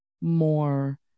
more